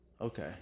Okay